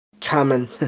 common